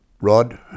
Rod